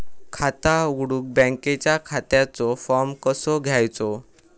खाता उघडुक बँकेच्या खात्याचो फार्म कसो घ्यायचो?